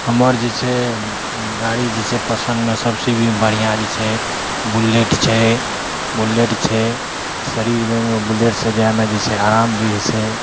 हमर जे छै गाड़ी जे छै पसन्दमे सबसे अभी बढ़िआँ जे छै बुलेट छै बुलेट छै शरीरमे बुलेटसे जाइमे जे छै आराम भी होइ छै